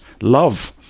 love